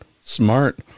Smart